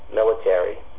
military